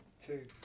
two